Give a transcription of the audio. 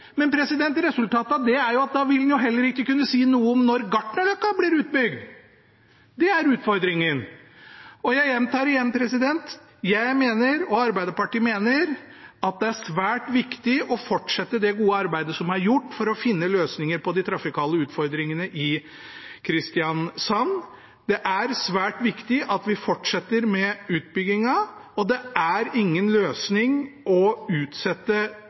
Men resultatet av det er jo at da vil en heller ikke kunne si noe om når Gartnerløkka blir utbygd! Det er utfordringen. Jeg gjentar igjen: Arbeiderpartiet og jeg mener at det er svært viktig å fortsette det gode arbeidet som er gjort for å finne løsninger på de trafikale utfordringene i Kristiansand. Det er svært viktig at vi fortsetter med utbyggingen, og det er ingen løsning å utsette